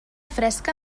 fresca